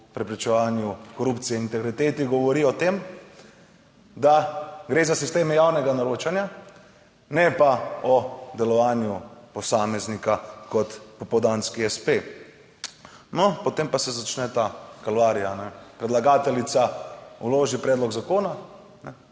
o preprečevanju korupcije o integriteti govori o tem, da gre za sisteme javnega naročanja, ne pa o delovanju posameznika kot popoldanski espe. No, potem pa se začne ta kalvarija. Predlagateljica vloži predlog zakona in